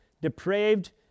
depraved